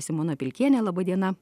simona pilkienė laba diena